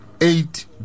eight